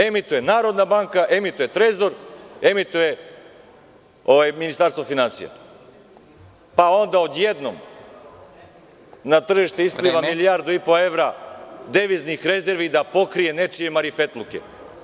Emituje Narodna banka, emituje Trezor, emituje Ministarstvo finansija, pa onda odjednom na tržište ispliva… (Predsednik: Vreme.) … milijardu i po evra deviznih rezervi da pokrije nečije marifetluke.